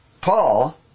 Paul